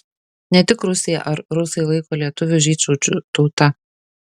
ne tik rusija ar rusai laiko lietuvius žydšaudžių tauta